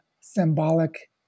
symbolic